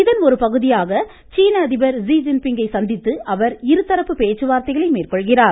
இதன் ஒருபகுதியாக சீன அதிபர் ஸி ஜின் பிங்கையும் சந்தித்து அவர் இருதரப்பு பேச்சுவார்த்தைகளை மேற்கொள்கிறார்